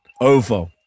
Over